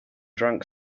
drank